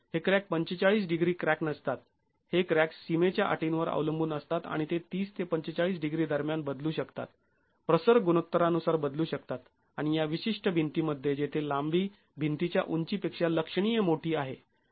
हे crack ४५ degree crack नसतात हे क्रॅक्स् सीमेच्या अटींवर अवलंबून असतात आणि ते ३० ते ४५ डिग्री दरम्यान बदलू शकतात प्रसर गुणोत्तरा नुसार बदलू शकतात आणि या विशिष्ट भिंतीमध्ये जेथे लांबी भिंतीच्या उंचीपेक्षा लक्षणीय मोठी आहे